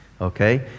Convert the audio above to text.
Okay